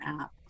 app